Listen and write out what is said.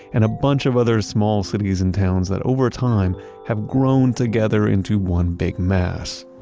and a bunch of other small cities and towns that over time have grown together into one big mass.